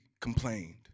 complained